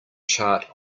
chart